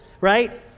right